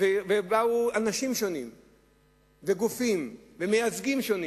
ובאו אנשים שונים וגופים ומייצגים שונים,